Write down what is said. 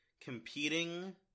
competing